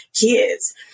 kids